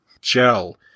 gel